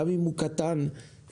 גם אם הוא קטן וספציפי,